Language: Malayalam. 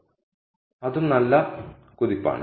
അതും നല്ല കുതിപ്പാണ്